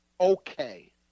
okay